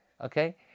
okay